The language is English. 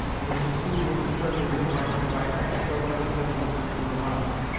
and was succeeded in the treasury department by ex-governor fessenden of vermont,